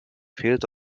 fehlt